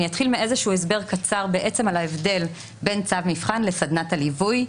אני אתחיל מאיזשהו הסבר קצר על ההבדל בין צו מבחן לסדנת הליווי.